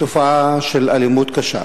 תופעה של אלימות קשה